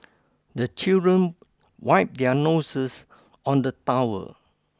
the children wipe their noses on the towel